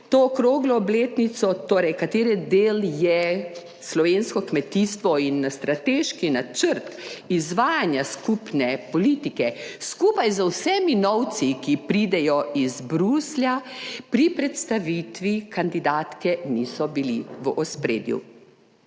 to okroglo obletnico, torej, katere del je slovensko kmetijstvo in strateški načrt izvajanja skupne politike skupaj z vsemi novci, ki pridejo iz Bruslja, pri predstavitvi kandidatke niso bili v ospredju.